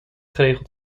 geregeld